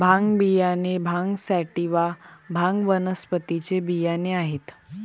भांग बियाणे भांग सॅटिवा, भांग वनस्पतीचे बियाणे आहेत